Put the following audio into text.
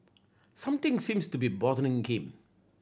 something seems to be bothering him